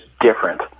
different